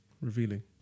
Revealing